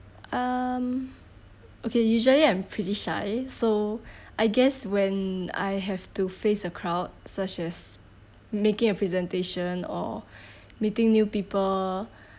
um okay usually I'm pretty shy so I guess when I have to face a crowd such as making a presentation or meeting new people